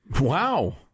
Wow